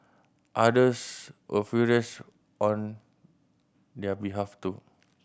others were furious on their behalf too